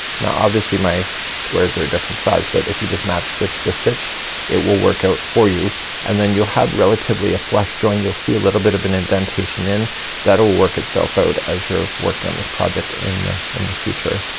now obviously my squares are a different size. but if you just match stitch to stitch it will work out for you and then you'll have relatively a flesh join. you'll see a little bit of an indentation in that will work itself out as you're working on this project in the, in the future.